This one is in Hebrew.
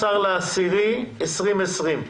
ה-12.10.2020.